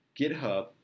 GitHub